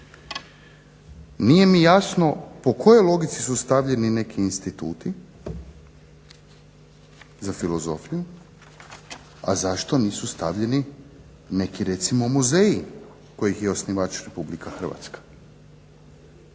Nije mi jasno po kojoj logici su stavljeni neki instituti za filozofiju, a zašto nisu stavljeni neki recimo muzeji kojih je osnivač RH, tzv.